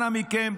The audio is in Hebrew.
אנא מכם,